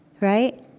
Right